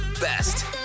best